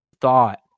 thought